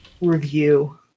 review